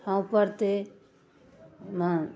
ठाँव पड़तैमे